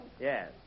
Yes